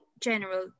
general